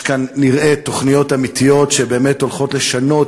נראה שיש כאן תוכניות אמיתיות שהולכות לשנות